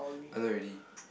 I know already